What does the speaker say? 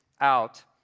out